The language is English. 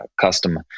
custom